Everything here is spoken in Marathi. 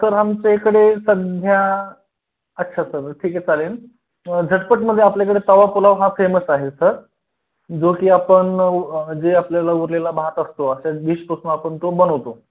सर आमच्या इकडे सध्या अच्छा सर ठीक आहे चालेल झटपटमध्ये आपल्याकडे तवापुलाव हा फेमस आहे सर जो की आपण जे आपल्याला उरलेला भात असतो अशाच डीशपासून आपण तो बनवतो